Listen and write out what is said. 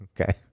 Okay